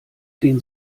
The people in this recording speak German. den